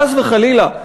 חס וחלילה,